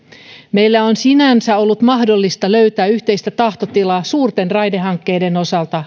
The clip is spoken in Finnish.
meillä on sinänsä ollut mahdollista löytää yhteistä tahtotilaa suurten raidehankkeiden osalta